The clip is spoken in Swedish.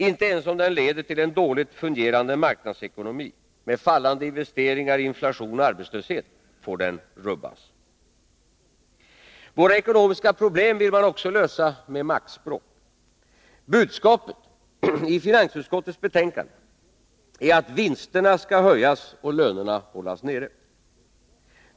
Inte ens om den leder till en dåligt fungerande marknadsekonomi — med fallande investeringar, inflation och arbetslöshet — får den rubbas. Våra ekonomiska problem vill man också lösa med maktspråk. Budskapet i finansutskottets betänkande är att vinsterna skall höjas och lönerna hållas nere.